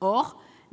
de